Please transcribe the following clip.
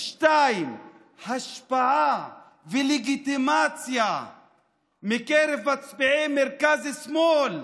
2. השפעה ולגיטימציה מקרב מצביעי מרכז-שמאל.